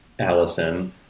Allison